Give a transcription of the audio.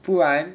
不然